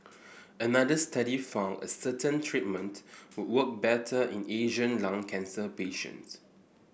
another study found a certain treatment work better in Asian lung cancer patients